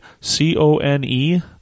C-O-N-E